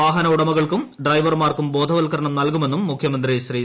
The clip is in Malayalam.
വാഹന ഉടമകൾക്കും ഡ്രൈവർമാർക്കും ബോധവത്കരണം നൽകുമെന്നും മുഖ്യമന്ത്രി ശ്രീ